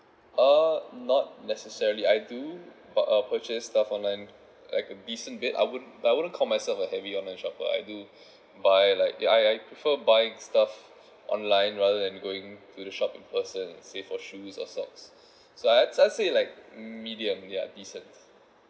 uh not necessarily I do bought uh purchase stuff online like a decent bit I wouldn't but I wouldn't call myself a heavy online shopper I do buy like the I I prefer buying stuff online rather than going to the shop in person say for shoes or socks so I'd I'd say like medium ya decent